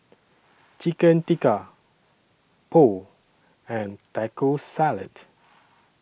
Chicken Tikka Pho and Taco Salad